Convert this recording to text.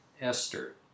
Esther